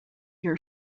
your